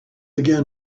again